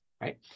right